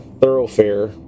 thoroughfare